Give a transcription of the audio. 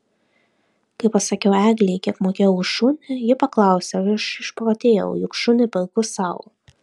kai pasakiau eglei kiek mokėjau už šunį ji paklausė ar aš išprotėjau juk šunį perku sau